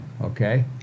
okay